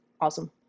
awesome